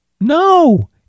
No